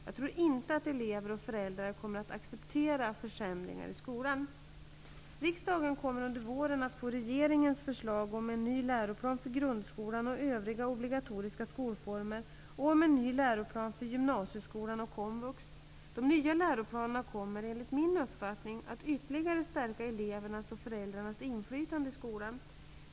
Jag tror inte att elever och föräldrar kommer att acceptera försämringar i skolan. Riksdagen kommer under våren att få regeringens förslag om en ny läroplan för grundskolan och övriga obligatoriska skolformer och om en ny läroplan för gymnasieskolan och komvux. De nya läroplanerna kommer, enligt min uppfattning, att ytterligare stärka elevernas och föräldrarnas inflytande i skolan.